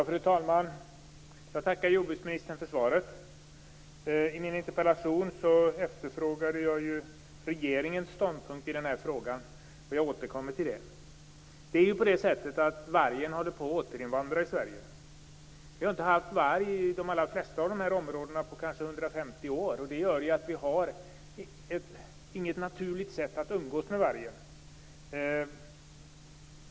Fru talman! Jag tackar jordbruksministern för svaret. I min interpellation efterfrågade jag regeringens ståndpunkt i den här frågan. Jag återkommer till det. Vargen håller på att återinvandra i Sverige. Vi har inte haft varg i de allra flesta av de här områdena på kanske 150 år. Det gör att vi inte har något naturligt sätt att umgås med vargen.